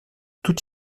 tout